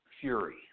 fury